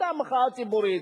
היתה מחאה ציבורית.